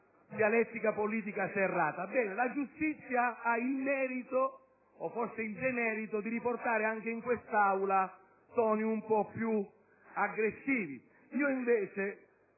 la giustizia ha il merito - o forse il demerito - di riportare anche in quest'Aula toni un po' più aggressivi.